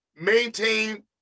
maintain